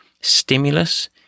Stimulus